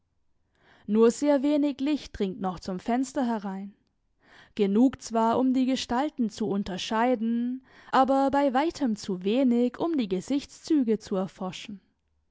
nur sehr wenig licht dringt noch zum fenster herein genug zwar um die gestalten zu unterscheiden aber bei weitem zu wenig um die gesichtszüge zu erforschen